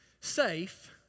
safe